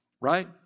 Right